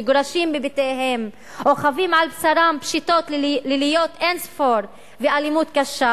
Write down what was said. מגורשים מבתיהם או חווים על בשרם פשיטות ליליות אין-ספור ואלימות קשה,